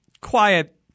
quiet